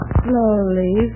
slowly